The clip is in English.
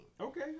Okay